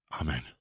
Amen